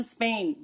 Spain